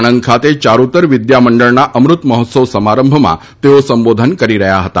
આણંદ ખાતે યારૂતર વિદ્યા મંડળના અમૃત મહોત્સવ સમારંભમાં તેઓ સંબોધન કરી રહ્યા હતા